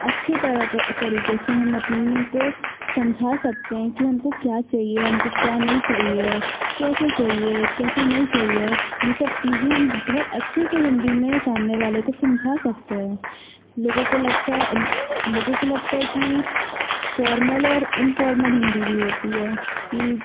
अच्छे तरह के तरीक़े से हम अपने को समझा सकते हैं कि हमको क्या चाहिए हमको क्या नहीं चाहिए है कैसे चाहिए कैसे नहीं चाहिए यह सब चीज़ें हम बहुत अच्छे से हिंदी में सामने वाले को समझा सकते हैं लोगों को लगता है लोगों को लगता है कि फ़ॉर्मल और इनफ़ॉर्मल हिंदी भी होती है कि